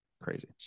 Crazy